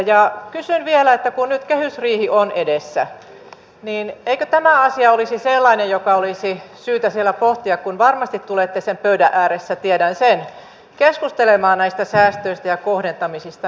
ja kysyn vielä että kun nyt kehysriihi on edessä niin eikö tämä asia olisi sellainen joka olisi syytä siellä pohtia kun varmasti tulette sen pöydän ääressä tiedän sen keskustelemaan näistä säästöistä ja kohdentamisista